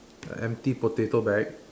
the empty potato bag